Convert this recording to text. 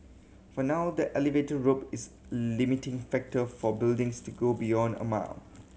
for now the elevator rope is limiting factor for buildings to go beyond a mile